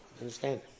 understand